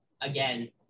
again